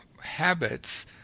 habits